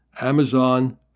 Amazon